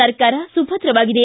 ಸರ್ಕಾರ ಸುಭದ್ರವಾಗಿದೆ